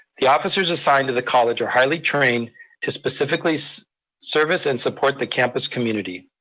the officers assigned to the college are highly trained to specifically service and support the campus community.